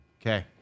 Okay